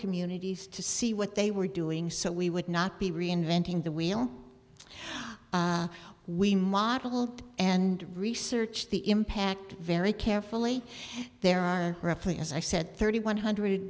communities to see what they were doing so we would not be reinventing the wheel we modeled and research the impact very carefully there are roughly as i said thirty one hundred